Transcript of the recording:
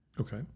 Okay